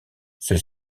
ceux